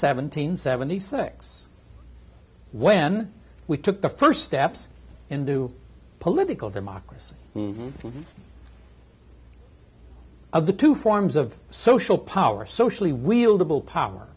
seventeen seventy six when we took the first steps into political democracy of the two forms of social power socially wheel double power